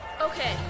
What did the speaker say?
Okay